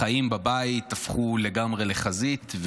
החיים בבית הפכו לגמרי לחזית,